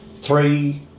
three